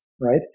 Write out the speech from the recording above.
right